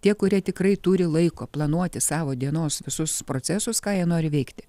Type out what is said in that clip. tie kurie tikrai turi laiko planuoti savo dienos visus procesus ką jie nori veikti